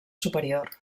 superior